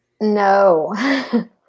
No